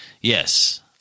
Yes